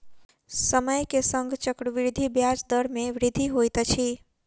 समय के संग चक्रवृद्धि ब्याज दर मे वृद्धि होइत अछि